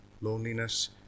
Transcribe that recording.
Loneliness